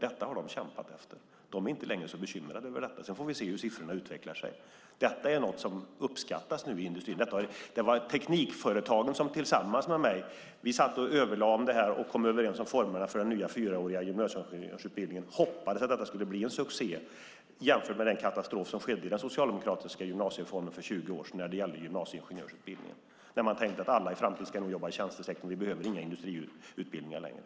Detta har de kämpat för. De är inte längre så bekymrade. Sedan får vi se hur siffrorna utvecklar sig. Detta är något som uppskattas i industrin. Det var Teknikföretagen som tillsammans med mig överlade om detta och kom överens om formerna för den nya fyraåriga gymnasieingenjörsutbildningen, och vi hoppades att den skulle bli en succé jämfört med den katastrof som skedde i den socialdemokratiska gymnasiereformen för 20 år sedan för gymnasieingenjörsutbildningen. Man tänkte att alla i framtiden ska jobba i tjänstesektorn och att det inte behövs industriutbildningar längre.